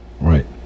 Right